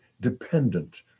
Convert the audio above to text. dependent